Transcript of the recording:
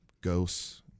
ghosts